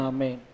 Amen